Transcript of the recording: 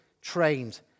Trained